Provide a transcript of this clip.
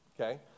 okay